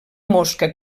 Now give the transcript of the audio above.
mosca